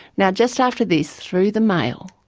now just after this, through the mail,